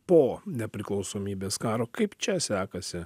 po nepriklausomybės karo kaip čia sekasi